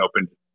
opened